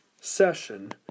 session